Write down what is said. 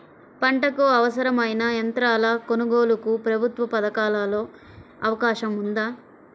పంటకు అవసరమైన యంత్రాల కొనగోలుకు ప్రభుత్వ పథకాలలో అవకాశం ఉందా?